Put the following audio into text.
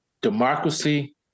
democracy